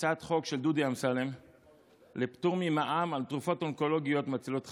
הצעת חוק של דודי אמסלם לפטור ממע"מ על תרופות אונקולוגיות מצילות חיים.